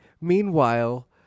meanwhile